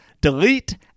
delete